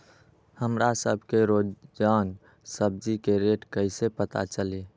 हमरा सब के रोजान सब्जी के रेट कईसे पता चली?